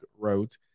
wrote